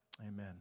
Amen